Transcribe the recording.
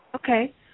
Okay